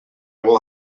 will